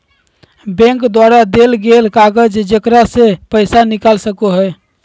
bank द्वारा देल गेल कागज जेकरा से पैसा निकाल सको हइ